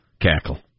cackle